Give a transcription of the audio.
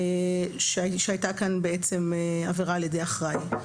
שהייתה כאן עבירה על ידי אחראי.